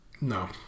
No